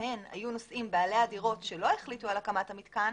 שבהן היו נושאים בעלי הדירות שלא החליטו על הקמת המתקן